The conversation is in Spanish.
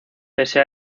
pese